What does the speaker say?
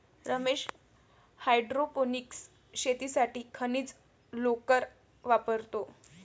Ramesh hydroponics शेतीसाठी खनिज लोकर वापरतो